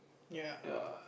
ya